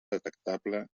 detectable